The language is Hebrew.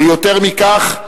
ויותר מכך,